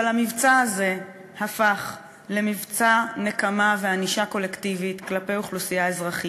אבל המבצע הזה הפך למבצע נקמה וענישה קולקטיבית כלפי אוכלוסייה אזרחית.